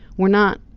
we're not